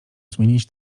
zmienić